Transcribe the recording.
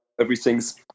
everything's